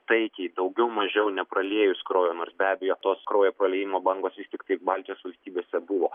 taikiai daugiau mažiau nepraliejus kraujo nors be abejo tos kraujo praliejimo bangos vis tiktai baltijos valstybėse buvo